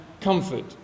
comfort